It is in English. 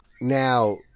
Now